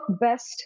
best